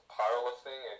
powerlifting